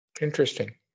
interesting